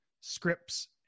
scripts